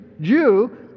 Jew